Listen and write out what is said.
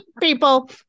people